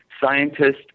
scientists